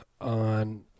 on